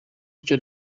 icyo